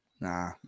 nah